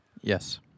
Yes